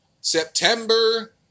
September